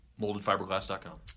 MoldedFiberglass.com